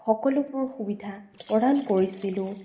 সকলোবোৰ সুবিধা প্ৰদান কৰিছিলোঁ